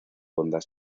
ondas